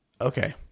Okay